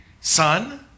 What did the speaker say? Son